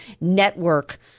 network